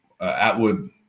Atwood